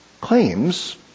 claims